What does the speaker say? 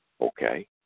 okay